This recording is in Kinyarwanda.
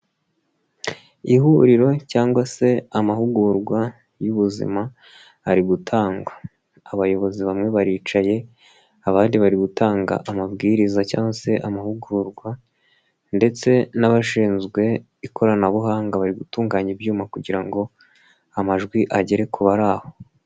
Ihuriro cyangwa se amahugurwa y'ubuzima ari gutangwa, abayobozi bamwe baricaye abandi bari gutanga amabwiriza cyangwa se amahugurwa ndetse n'abashinzwe ikoranabuhanga bari gutunganya ibyuma kugira ngo amajwi agere ku bari aho.